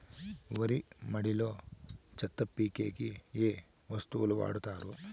వరి మడిలో చెత్త పీకేకి ఏ వస్తువులు వాడుతారు?